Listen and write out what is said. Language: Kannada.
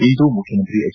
ಇಂದು ಮುಖ್ಯಮಂತ್ರಿ ಹೆಚ್